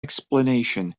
explanation